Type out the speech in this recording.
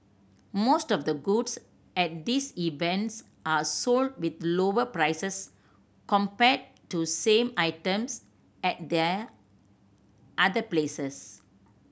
most of the goods at these events are sold with lower prices compared to same items at there other places